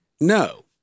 no